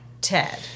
Ted